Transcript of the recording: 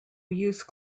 use